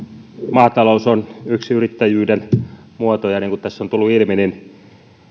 maatalous on yksi yrittäjyyden muoto ja niin kun tässä on tullut ilmi